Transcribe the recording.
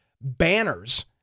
banners